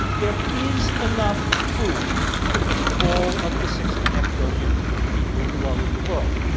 there is enough food to feed all of the six and a half billion people who are in the world,